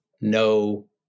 no